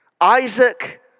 Isaac